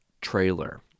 trailer